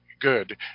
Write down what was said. good